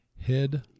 Head